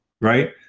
right